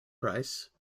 price